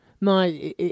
No